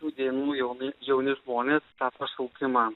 šių dienų jaunai jauni žmonės pašaukimą